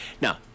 Now